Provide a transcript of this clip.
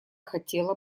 хотела